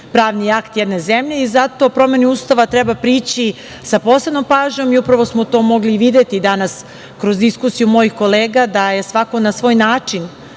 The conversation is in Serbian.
pravni akt jedne zemlje i zato promeni Ustava treba prići sa posebnom pažnjom i upravo smo to mogli i videti danas kroz diskusiju mojih kolega da je svako na svoj način